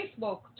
Facebook